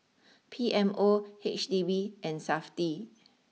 P M O H D B and Safti